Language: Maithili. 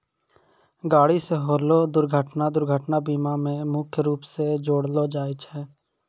गाड़ी से होलो दुर्घटना दुर्घटना बीमा मे मुख्य रूपो से जोड़लो जाय छै